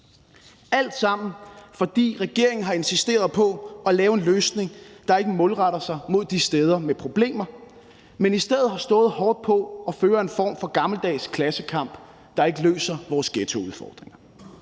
Alt sammen, fordi regeringen har insisteret på at lave en løsning, der ikke er målrettet de steder med problemer, men i stedet har stået hårdt på at føre en form for gammeldags klassekamp, der ikke løser vores ghettoudfordringer.